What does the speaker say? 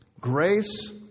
Grace